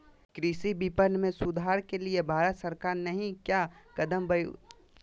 कृषि विपणन में सुधार के लिए भारत सरकार नहीं क्या कदम उठैले हैय?